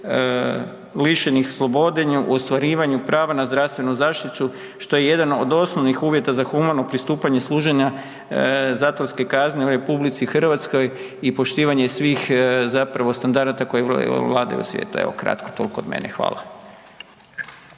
lišenih slobode u ostvarivanju prava na zdravstvenu zaštitu što je jedan od osnovnih uvjeta za humano pristupanje služenja zatvorske kazne u RH i poštivanje svih standarada koje vladaju u svijetu. Evo kratko toliko od mene. Hvala.